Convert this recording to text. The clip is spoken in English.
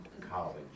college